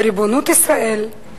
בריבונות ישראל,